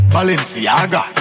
Balenciaga